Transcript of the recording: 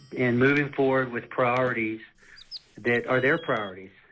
in moving forward with priorities that are their priorities.